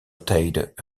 tijd